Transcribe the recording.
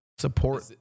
Support